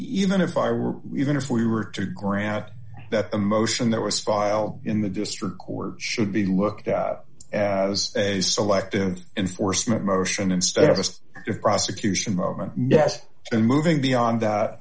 even if i were even if we were to grant that emotion that was filed in the district court should be looked at as a selective enforcement motion instead of just a prosecution moment yes and moving beyond that